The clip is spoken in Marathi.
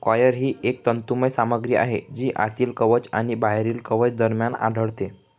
कॉयर ही एक तंतुमय सामग्री आहे जी आतील कवच आणि बाहेरील कवच दरम्यान आढळते